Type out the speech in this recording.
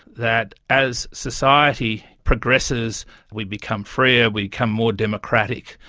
that as society progresses we become freer, we become more democratic,